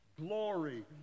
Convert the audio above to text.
glory